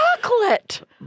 chocolate